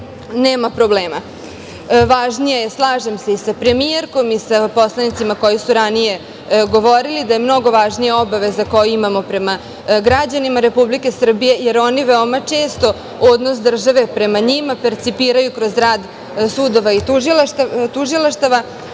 nema problema. Slažem se sa premijerkom i sa poslanicima koji su ranije govorili, da je mnogo važnija obaveza koju imamo prema građanima Republike Srbije, jer oni veoma često odnos države prema njima percipiraju kroz rad sudova i tužilaštava.